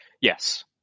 Yes